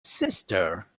sister